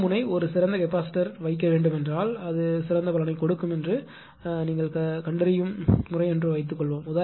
எந்த முனை ஒரு சிறந்த கெப்பாசிட்டர் வைக்க வேண்டும் என்றால் அது சிறந்த பலனை கொடுக்கும் சிறந்த முனையைக் கண்டறியும் என்று வைத்துக்கொள்வோம்